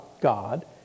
God